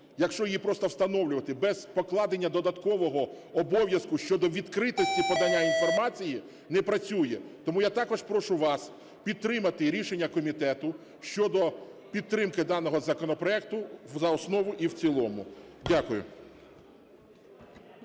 якщо її просто встановлювати, без покладення додаткового обов'язку щодо відкритості подання інформації не працює. Тому я також прошу вас підтримати рішення комітету щодо підтримки даного законопроекту за основу і в цілому. Дякую.